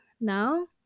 now